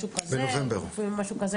משהו כזה,